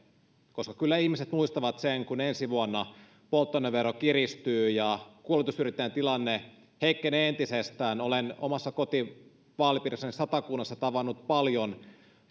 koska kyllä ihmiset muistavat sen kun ensi vuonna polttoainevero kiristyy ja kuljetusyrittäjän tilanne heikkenee entisestään olen omassa kotivaalipiirissäni satakunnassa tavannut paljon